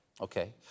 Okay